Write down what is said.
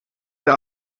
der